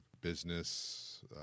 business